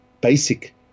basic